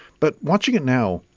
but watching it now,